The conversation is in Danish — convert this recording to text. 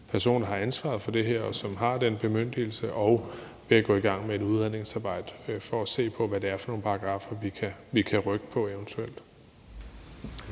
person, der har ansvaret for det her, og som har den bemyndigelse, og ved at gå i gang med et udredningsarbejde for at se på, hvad det er for nogle paragraffer, vi eventuelt